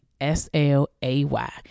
S-L-A-Y